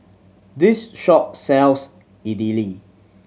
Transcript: this shop sells Idili